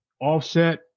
offset